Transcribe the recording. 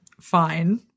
fine